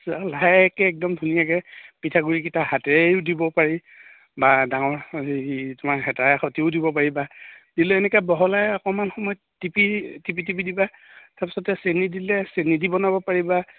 লাহেকৈ একদম ধুনীয়াকৈ পিঠাগুড়িকেইটা হাতেৰেও দিব পাৰি বা ডাঙৰ হেৰি তোমাৰ হেতাৰ স'তিও দিব পাৰিবা দিলে সেনেকে বহলাই অকমান সময় টিপি টিপি টিপি দিবা তাৰপিছতে চেনী দিলে চেনী দি বনাব পাৰিবা